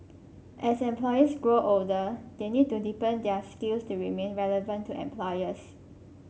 as employees grow older they need to deepen their skills to remain relevant to employers